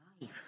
life